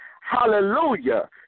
Hallelujah